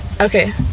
Okay